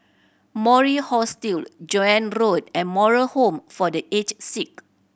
Mori Hostel Joan Road and Moral Home for The Aged Sick